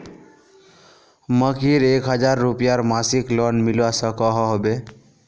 मकईर एक हजार रूपयार मासिक लोन मिलवा सकोहो होबे?